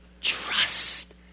Trust